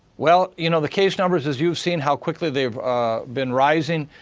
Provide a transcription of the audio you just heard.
well, you know, the case numbers as you have seen how quickly they've been rising,